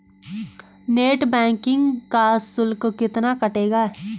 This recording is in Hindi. नेट बैंकिंग का शुल्क कितना कटेगा?